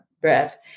breath